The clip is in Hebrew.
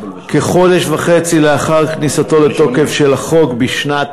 כחודש וחצי לאחר כניסתו לתוקף של החוק בשנת